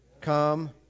come